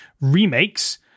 remakes